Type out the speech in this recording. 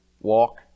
walk